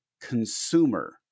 consumer